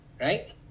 right